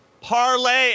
parlay